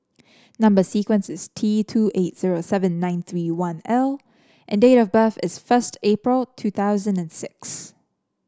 number sequence is T two eight zero seven nine three one L and date of birth is first April two thousand and six